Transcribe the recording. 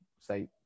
say